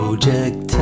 Project